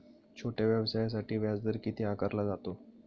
छोट्या व्यवसायासाठी व्याजदर किती आकारला जातो?